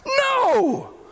No